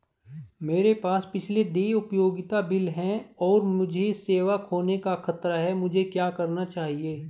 मेरे पास पिछले देय उपयोगिता बिल हैं और मुझे सेवा खोने का खतरा है मुझे क्या करना चाहिए?